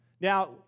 Now